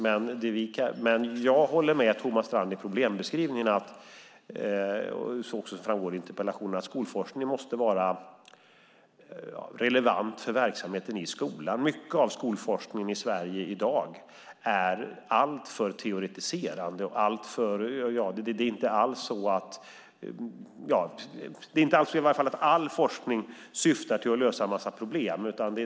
Men jag håller med Thomas Strand i problembeskrivningen, som också framgår i interpellationen, att skolforskningen måste vara relevant för verksamheten i skolan. Mycket av skolforskningen i Sverige i dag är alltför teoretiserande. Det är inte alls så att all forskning syftar till att lösa en massa problem.